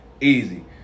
easy